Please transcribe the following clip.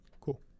Cool